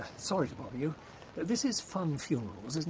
sort of um you this is funn funerals, isn't